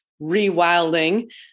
rewilding